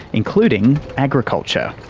including agriculture.